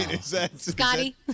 Scotty